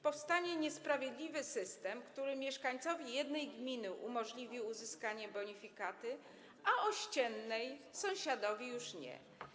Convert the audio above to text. Powstanie niesprawiedliwy system, który mieszkańcowi jednej gminy umożliwi uzyskanie bonifikaty, a ościennej, sąsiadowi, już nie.